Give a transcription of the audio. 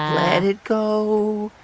let it go.